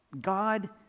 God